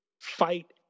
fight